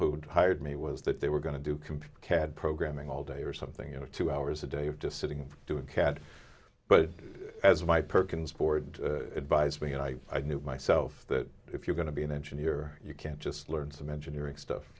who'd hired me was that they were going to do computer cad programming all day or something you know two hours a day of just sitting doing cad but as my perkins board advised me and i knew myself that if you're going to be an engineer you can't just learn some engineering stuff